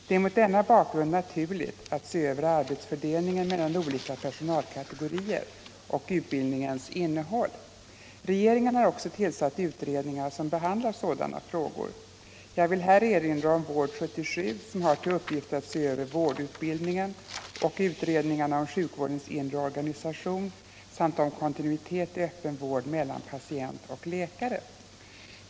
Det är mot denna bakgrund naturligt att se över arbetsfördelningen mellan olika personalkategorier och utbildningens innehåll. Regeringen har också tillsatt utredningar som behandlar sådana frågor. Jag vill här erinra om Vård 77 som har till uppgift att se över vårdutbildningen och utredningarna om sjukvårdens inre organisation samt om kontinuitet i öppen vård mellan patient och läkare.